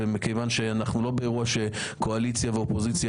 ומכיוון שאנחנו לא באירוע שקואליציה ואופוזיציה